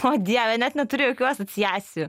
o dieve net neturiu jokių asociacijų